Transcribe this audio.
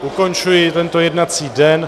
Ukončuji tento jednací den.